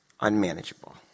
unmanageable